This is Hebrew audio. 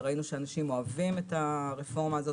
וראינו שאנשים אוהבים את הרפורמה הזאת